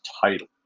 title